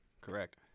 Correct